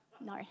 No